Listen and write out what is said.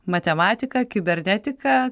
matematiką kibernetiką